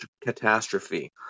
catastrophe